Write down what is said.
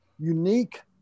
unique